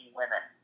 women